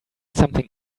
something